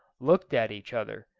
looked at each other,